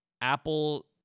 Apple